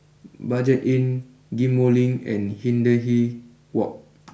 Budget Inn Ghim Moh Link and Hindhede walk